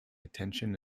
attention